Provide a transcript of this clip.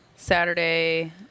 Saturday